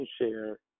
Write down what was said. share